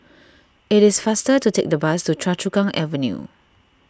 it is faster to take the bus to Choa Chu Kang Avenue